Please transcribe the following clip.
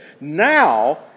Now